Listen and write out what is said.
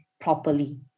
properly